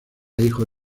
hijo